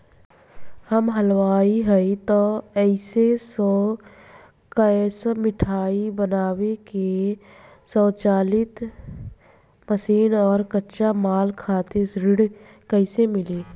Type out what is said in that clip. हम हलुवाई हईं त ए.सी शो कैशमिठाई बनावे के स्वचालित मशीन और कच्चा माल खातिर ऋण कइसे मिली?